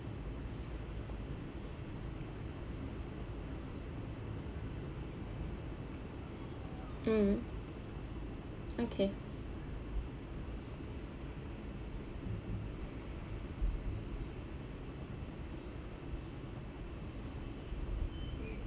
mm okay